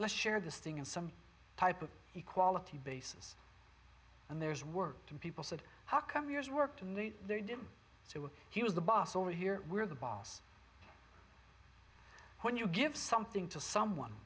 let's share this thing in some type of equality basis and there's worked and people said how come yours worked so well he was the boss over here we're the boss when you give something to someone